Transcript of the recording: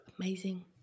Amazing